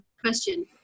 question